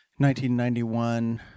1991